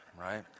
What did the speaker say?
Right